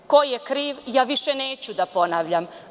Ko je kriv, više neću da ponavljam.